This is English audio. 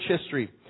history